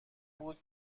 بود